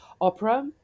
opera